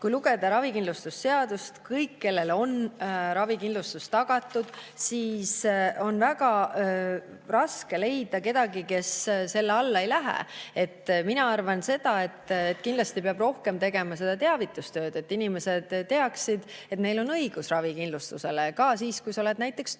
kui lugeda ravikindlustuse seadusest seda, kellele on ravikindlustus tagatud, siis on väga raske leida kedagi, kes selle alla ei lähe. Mina arvan seda, et kindlasti peab tegema rohkem teavitustööd, et inimesed teaksid, et neil on õigus ravikindlustusele, ka siis, kui ollakse näiteks töötu.